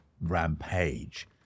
rampage